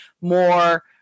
more